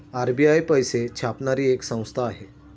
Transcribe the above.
RBI पैसे छापणारी एक संस्था आहे